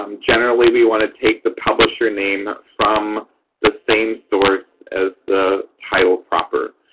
um generally, we want to take the publisher name from the same source as the title proper.